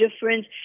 difference